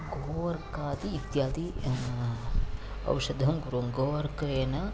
गोवर्कादि इत्यादि औषधं कुर्वन् गोवर्केन